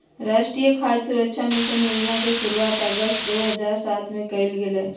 राष्ट्रीय खाद्य सुरक्षा मिशन योजना के शुरुआत अगस्त दो हज़ार सात में कइल गेलय